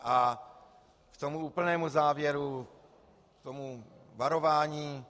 A k tomu úplnému závěru, k tomu varování.